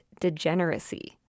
degeneracy